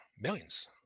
millions